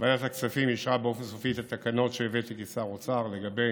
ועדת הכספים אישרה באופן סופי את התקנות שהבאתי כשר האוצר לגבי